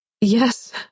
Yes